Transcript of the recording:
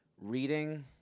reading